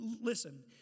Listen